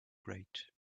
grate